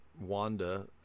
Wanda